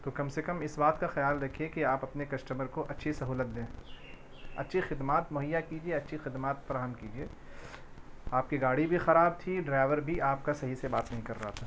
تو کم سے کم اس بات کا خیال رکھیے کہ آپ اپنے کسٹمر کو اچھی سہولت دیں اچھی خدمات مہیا کیجیے اچھی خدمات فراہم کیجیے آپ کی گاڑی بھی خراب تھی ڈرائیور بھی آپ کا صحیح سے بات نہیں کر رہا تھا